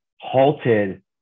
halted